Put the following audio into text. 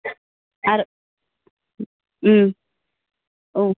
आरो